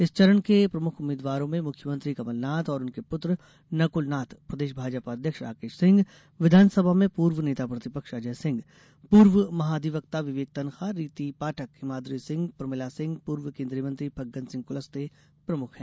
इस चरण के प्रमुख उम्मीद्वारों में मुख्यमंत्री कमलनाथ और उनके पूत्र नकल नाथ प्रदेश भाजपा अध्यक्ष राकेश सिंह विधान सभा में पूर्व नेता प्रतिपक्ष अजय सिंह पूर्व महाधिवक्ता विवेक तनखा रीति पाठक हिमाद्री सिंह प्रमिला सिंह पूर्व केन्द्रीय मंत्री फग्गन सिंह कुलस्ते प्रमुख हैं